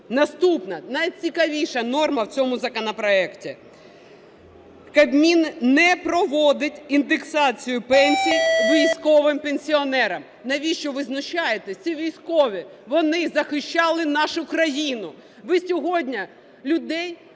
Наступна найцікавіша норма в цьому законопроекті. Кабмін не проводить індексацію пенсій військовим пенсіонерам. Навіщо ви знущаєтесь? Це військові, вони захищали нашу країну. Ви сьогодні людей